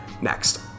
Next